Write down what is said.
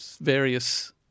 various